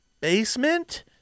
basement